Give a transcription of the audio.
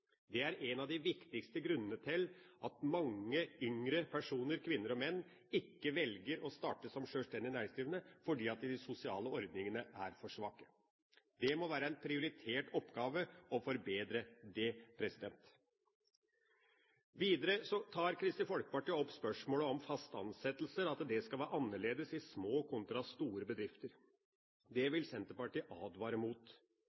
Det er en av de viktigste grunnene til at mange yngre personer, kvinner og menn, ikke velger å starte som sjølstendig næringsdrivende, fordi de sosiale ordningene er for svake. Det må være en prioritert oppgave å forbedre det. Videre tar Kristelig Folkeparti opp spørsmålet om faste ansettelser, at det skal være annerledes i små kontra store bedrifter. Det vil Senterpartiet advare mot.